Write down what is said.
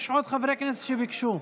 יש עוד חברי כנסת שביקשו.